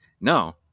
no